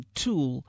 tool